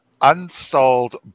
unsold